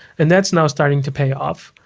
and that's now starting to pay off.